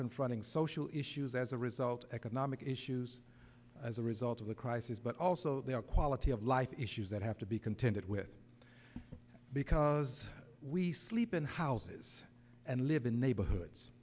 confronting social issues as a result of economic issues as a result of the crisis but also the quality of life issues that have to be contended with because we sleep in houses and live in neighborhoods